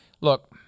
Look